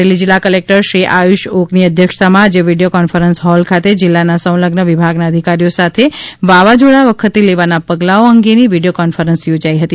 અમરેલી જિલ્લા કલેક્ટર શ્રી આયુષ ઑકની અધ્યક્ષતામાં આજે વિડીયો કોન્ફરન્સ હોલ ખાતે જિલ્લાના સંલઝન વિભાગના અધિકારીઓ સાથે વાવાઝોડા વખતે લેવાનાં પગલાંઓ અંગેની વિડીયો કોન્ફરન્સ યોજાઈ હતી